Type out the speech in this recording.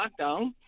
lockdown